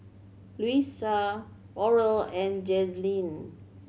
Louisa Oral and Jazlene